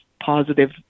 positive